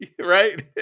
right